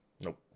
Nope